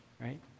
right